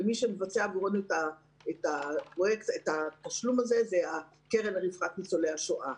ומי שמבצע עבורנו את התשלום הזה הוא הקרן לרווחת ניצולי השואה.